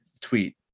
tweet